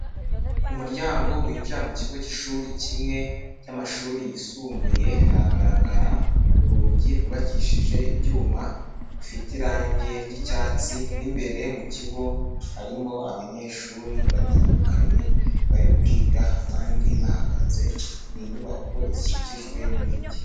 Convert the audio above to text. Ku muryango winjira mu kigo k'ishuri kimwe cy'amashuri yisumbuye, haragaragara urugi rwubakishije ibyuma bifite irange ry'icyatsi n'imbere mu kigo harimo abanyeshuri batandukanye bari kwiga, abandi bahagaze. Ni inyubako zikikijwe n'ibiti.